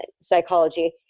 psychology